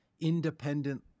independent